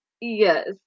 Yes